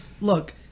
look